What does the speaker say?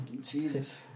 Jesus